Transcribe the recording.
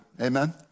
Amen